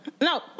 No